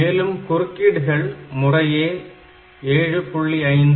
மேலும் குறுக்கீடுகள் முறையே 7